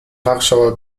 warschauer